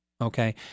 okay